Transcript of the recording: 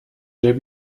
der